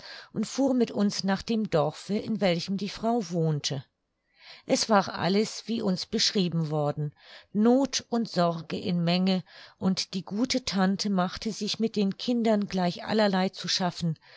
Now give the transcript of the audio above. und fuhr mit uns nach dem dorfe in welchem die frau wohnte es war alles wie uns beschrieben worden noth und sorge in menge und die gute tante machte sich mit den kindern gleich allerlei zu schaffen